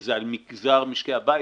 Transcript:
זה על מגזר משקי הבית.